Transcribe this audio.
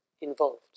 involved